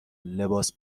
لباس